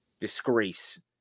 disgrace